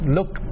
Look